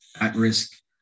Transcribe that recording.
at-risk